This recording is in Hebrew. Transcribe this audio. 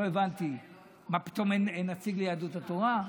לא הבנתי מה פתאום אין נציג ליהדות התורה.